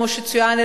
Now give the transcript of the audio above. כמו שצוין,